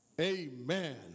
Amen